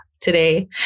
today